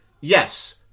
yes